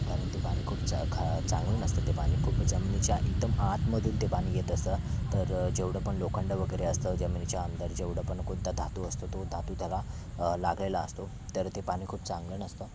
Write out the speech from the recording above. कारण ते पाणी खूप च ख चांगलं नसतं ते पाणी खूप जमिनीच्या एकदम आतमधून ते पाणी येत असतं तर जेवढं पण लोखंड वगैरे असतं जमिनीच्या अंदर जेवढं पण कोणता धातू असतो तो धातू त्याला लागलेला असतो तर ते पाणी खूप चांगलं नसतं